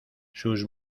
sus